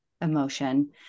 emotion